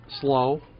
slow